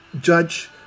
judge